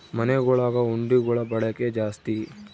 ಮನೆಗುಳಗ ಹುಂಡಿಗುಳ ಬಳಕೆ ಜಾಸ್ತಿ